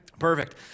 perfect